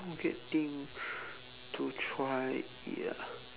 weird thing to try it ya